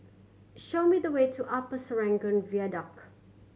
show me the way to Upper Serangoon Viaduct